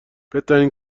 بهترین